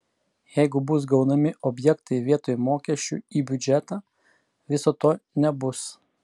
jeigu bus gaunami objektai vietoj mokesčių į biudžetą viso to nebus